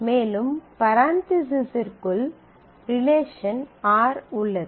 மேலும் பரன்தீஸிஸ்க்குள் ரிலேஷன் உள்ளது